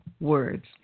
words